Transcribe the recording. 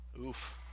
Oof